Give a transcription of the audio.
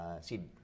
see